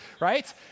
right